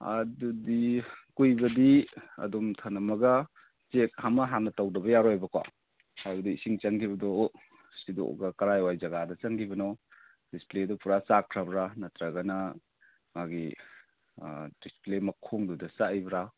ꯑꯥ ꯑꯗꯨꯗꯤ ꯀꯨꯏꯕꯗꯤ ꯑꯗꯨꯝ ꯊꯅꯝꯃꯒ ꯆꯦꯛ ꯑꯃ ꯍꯥꯟꯅ ꯇꯧꯗꯕ ꯌꯥꯔꯣꯏꯌꯦꯕꯀꯣ ꯍꯥꯏꯕꯗꯤ ꯏꯁꯤꯡ ꯆꯪꯈꯤꯕꯗꯣ ꯁꯤꯗꯣꯛꯂꯒ ꯀꯗꯥꯏꯋꯥꯏ ꯖꯥꯒꯗ ꯆꯪꯈꯤꯕꯅꯣ ꯗꯤꯁꯄ꯭ꯂꯦꯗꯨ ꯄꯨꯔꯥ ꯆꯥꯛꯈ꯭ꯔꯕꯔꯥ ꯅꯠꯇ꯭ꯔꯒꯅ ꯃꯥꯒꯤ ꯑꯥ ꯗꯤꯁꯄ꯭ꯂꯦ ꯃꯈꯣꯡꯗꯨꯗ ꯆꯥꯛꯏꯕ꯭ꯔꯥ